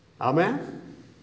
Amen